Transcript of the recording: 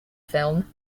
film